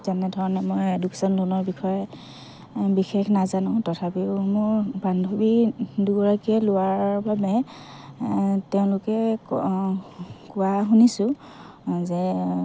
তেনে ধৰণে মই এডুকেচন লোণৰ বিষয়ে বিশেষ নাজানো তথাপিও মোৰ বান্ধৱী দুগৰাকীয়ে লোৱাৰ বাবে তেওঁলোকে কোৱা শুনিছোঁ যে